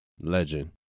legend